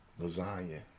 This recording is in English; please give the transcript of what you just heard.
lasagna